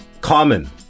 common